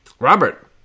Robert